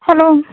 hello